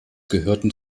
gehörten